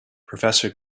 professor